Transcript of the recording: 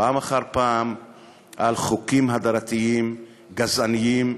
פעם אחר פעם על חוקים הדרתיים גזעניים.